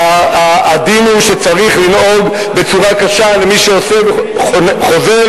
הדין הוא שצריך לנהוג בצורה קשה במי שעושה וחוזר